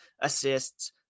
assists